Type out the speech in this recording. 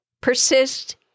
persist